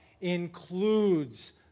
includes